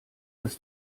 das